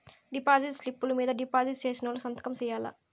deposit స్లిప్పులు మీద deposit సేసినోళ్లు సంతకం సేయాల్ల